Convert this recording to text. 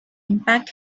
impact